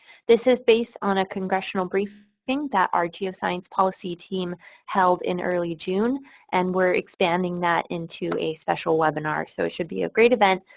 this is based on a congressional briefing that our geoscience policy team held in early june and we're expanding that into a special webinar so it should be a great event.